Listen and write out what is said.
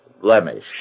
blemish